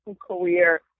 career